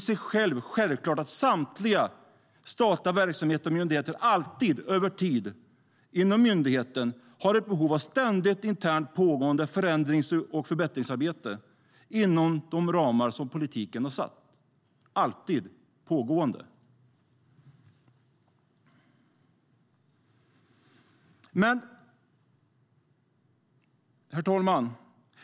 Det är självklart att samtliga statliga verksamheter och myndigheter alltid över tid har ett behov av ett ständigt internt pågående förändrings och förbättringsarbete inom de ramar som politiken har satt. Herr talman!